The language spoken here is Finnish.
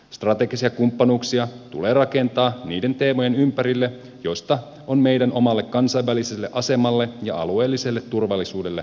strategisia kumppanuuksia tulee rakentaa niiden teemojen ympärille joista on meidän omalle kansainväliselle asemallemme ja alueelliselle turvallisuudellemme aidosti lisäarvoa